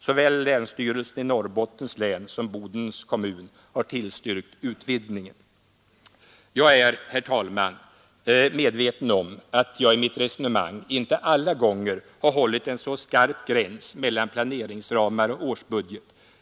Såväl länsstyrelsen i Norrbottens län som Bodens kommun har tillstyrkt utvidgningen. Jag är, herr talman, medveten om att jag i mitt resonemang inte alla gånger har hållit en så skarp gräns mellan planeringsramar och årsbudget.